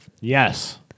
yes